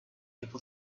able